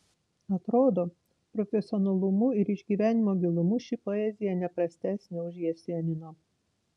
atrodo profesionalumu ir išgyvenimo gilumu ši poezija ne prastesnė už jesenino